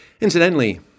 Incidentally